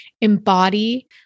embody